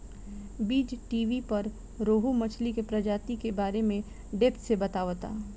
बीज़टीवी पर रोहु मछली के प्रजाति के बारे में डेप्थ से बतावता